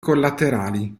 collaterali